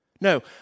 No